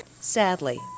Sadly